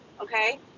okay